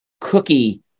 Cookie